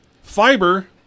fiber